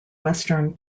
western